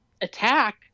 attack